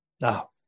Now